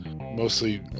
mostly